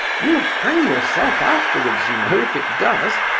you'll hang yourself afterwards, you know, if it does!